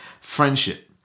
friendship